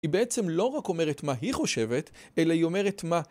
היא בעצם לא רק אומרת מה היא חושבת, אלא היא אומרת מה.